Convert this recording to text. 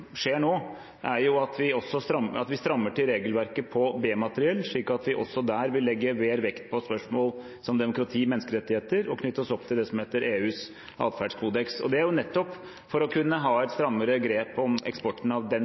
skjer nå, er at vi strammer til regelverket for B-materiell, slik at vi også der vil legge mer vekt på spørsmål som demokrati og menneskerettigheter, og knytte oss opp til det som heter EUs atferdskodeks – nettopp for å kunne ha et strammere grep om eksporten av